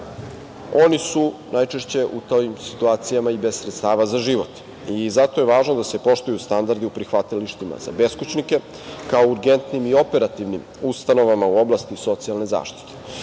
Oni su najčešće u tim situacijama bez sredstava za život i zato je važno da se poštuju standardi u prihvatilištima za beskućnike, kao urgentnim i operativnim ustanovama u oblasti socijalne zaštite.